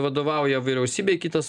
vadovauja vyriausybei kitas